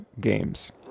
games